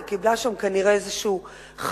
היא קיבלה שם כנראה איזה חדרון,